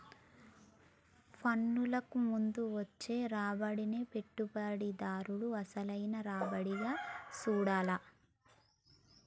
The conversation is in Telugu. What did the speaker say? పన్నులకు ముందు వచ్చే రాబడినే పెట్టుబడిదారుడు అసలైన రాబడిగా చూడాల్ల